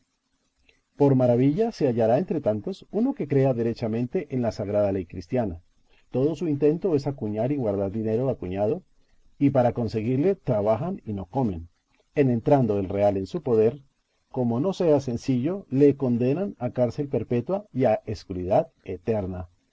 por maravilla se hallará entre tantos uno que crea derechamente en la sagrada ley cristiana todo su intento es acuñar y guardar dinero acuñado y para conseguirle trabajan y no comen en entrando el real en su poder como no sea sencillo le condenan a cárcel perpetua y a escuridad eterna